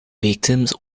victims